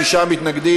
שישה מתנגדים.